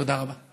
תודה רבה.